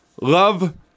Love